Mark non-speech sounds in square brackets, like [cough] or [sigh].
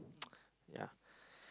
[noise] yeah